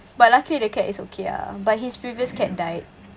but luckily the cat is okay ah but his previous cat died